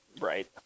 right